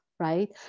right